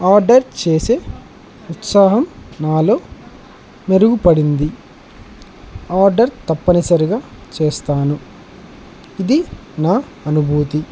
order చేసే ఉత్సాహం నాలో మెరుగుపడింది ఆర్డర్ తప్పనిసరిగా చేస్తాను ఇది నా అనుభూతి